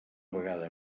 vegada